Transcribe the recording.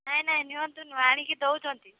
ନାଇଁ ନାଇଁ ନିଅନ୍ତୁ ନୁହେଁ ଆଣିକି ଦେଉଛନ୍ତି